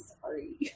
sorry